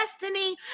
destiny